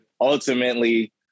ultimately